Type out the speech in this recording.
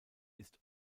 ist